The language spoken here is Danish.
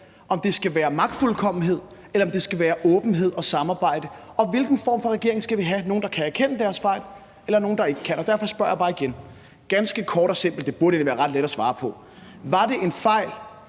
om det skal være præget af magtfuldkommenhed, eller om det skal være præget af åbenhed og samarbejde. Og vi skal stemme om, hvilken form for regering vi skal have – nogle, der kan erkende deres fejl, eller nogle, der ikke kan. Derfor spørger jeg bare igen ganske kort og simpelt – det burde egentlig være ret let at svare på: Var det en fejl